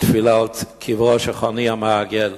לתפילה על קברו של חוני המעגל,